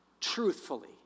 truthfully